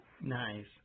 Nice